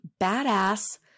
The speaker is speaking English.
badass